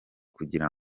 kugira